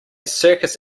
circus